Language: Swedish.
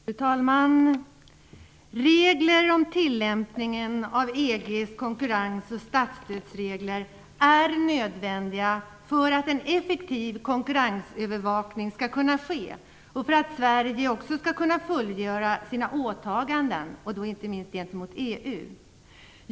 Fru talman! Regler om tillämpningen av EG:s konkurrens och statsstödsregler är nödvändiga för att en effektiv konkurrensövervakning skall kunna ske och för att Sverige också skall kunna fullgöra sina åtaganden, och då inte minst gentemot EU.